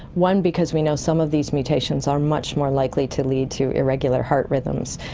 one because we know some of these mutations are much more likely to lead to irregular heart rhythms,